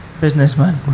businessman